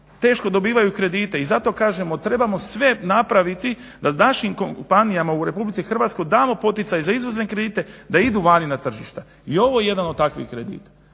teško dobivaju kredite. I zato kažemo trebamo sve napraviti da našim kompanijama u RH damo poticaj za izvozne kredite da idu vani na tržište. I ovo je jedan od takvih kredita.